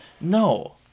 no